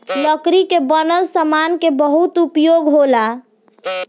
लकड़ी के बनल सामान के बहुते उपयोग होला